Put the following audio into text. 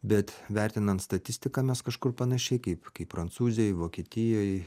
bet vertinant statistiką mes kažkur panašiai kaip kaip prancūzijoj vokietijoj